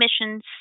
emissions